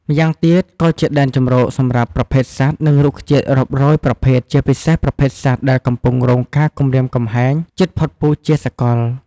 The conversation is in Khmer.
ម្យ៉ាងទៀតក៏ជាដែនជម្រកសម្រាប់ប្រភេទសត្វ និងរុក្ខជាតិរាប់រយប្រភេទជាពិសេសប្រភេទសត្វដែលកំពុងរងការគំរាមកំហែងជិតផុតពូជជាសកល។